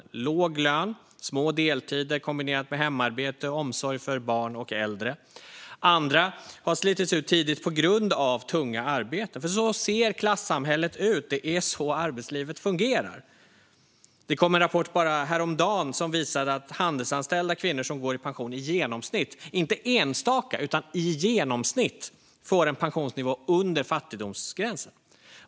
De har haft låg lön, små deltider, kombinerat med hemarbete och omsorg om barn och äldre. Andra har slitits ut tidigt på grund av tunga arbeten, för så ser klassamhället ut. Det är så arbetslivet fungerar. Det kom en rapport bara häromdagen som visade att handelsanställda kvinnor som går i pension i genomsnitt - inte enstaka, utan i genomsnitt - får en pensionsnivå under fattigdomsgränsen.